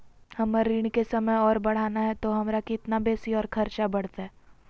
हमर ऋण के समय और बढ़ाना है तो हमरा कितना बेसी और खर्चा बड़तैय?